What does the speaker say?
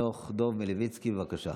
חנוך דב מלביצקי, בבקשה.